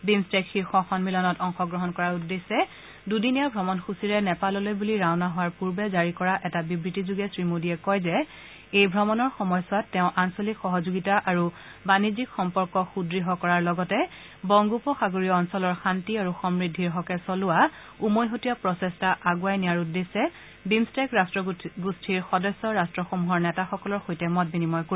BIMSTEC শীৰ্ষ সন্মিলনত অংশগ্ৰহণ কৰাৰ উদ্দেশ্য দুদিনীয়া ভ্ৰমণ সূচীৰে নেপাললৈ বুলি ৰাওণা হোৱাৰ পূৰ্বে জাৰী কৰা এটা বিবৃতিষোগে শ্ৰীমোদীয়ে কয় যে এই ভ্ৰমণৰ সময়ছোৱাত তেওঁ আঞ্চলিক সহযোগিতা আৰু বানিজ্যিক সম্পৰ্ক সূদ্য় কৰাৰ লগতে বংগোপসাগৰীয় অঞ্চলৰ শান্তি আৰু সমূদিৰ হকে চলোৱা উমৈহতীয়া প্ৰচেষ্টা আগুৱাই নিয়াৰ উদ্দেশ্যে বিমট্টেক ৰাট্টগোষ্ঠীৰ সদস্য ৰাট্টসমূহৰ নেতাসলকৰ সৈতে মত বিনিময় কৰিব